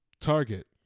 Target